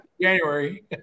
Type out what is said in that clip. January